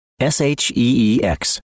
S-H-E-E-X